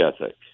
ethic